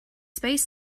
space